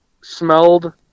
smelled